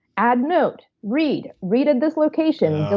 add note. read. read at this location.